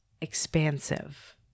expansive